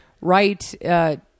Right